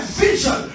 vision